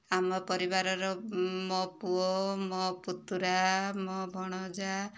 ଆମ ପରିବାରର ମୋ ପୁଅ ମୋ ପୁତୁରା ମୋ ଭଣଜା